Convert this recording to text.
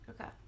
Okay